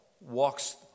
walks